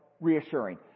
reassuring